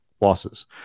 losses